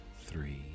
three